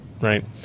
Right